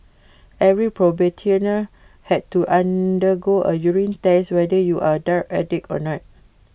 every probationer had to undergo A urine test whether you are A drug addict or not